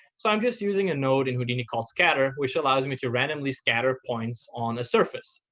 so i'm just using a node in houdini called scatter, which allows me to randomly scatter points on the surface.